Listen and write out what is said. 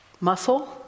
muscle